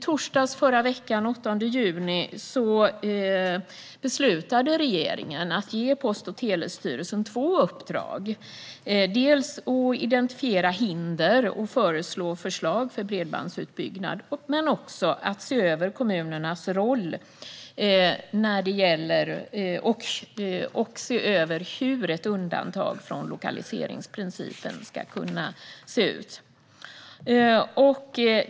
Torsdagen den 8 juni beslutade regeringen att ge Post och telestyrelsen två uppdrag: att identifiera hinder och lägga fram förslag för bredbandsutbyggnad och att se över kommunernas roll när det gäller hur ett undantag från lokaliseringsprincipen skulle kunna se ut.